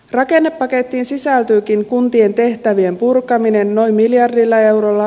rakennepakettiin sisältyykin kuntien tehtävien purkaminen noin miljardilla eurolla